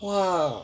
!wah!